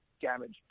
damage